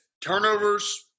turnovers